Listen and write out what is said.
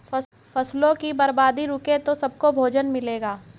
फसलों की बर्बादी रुके तो सबको भोजन मिलेगा